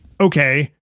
okay